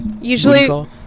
Usually